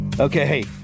Okay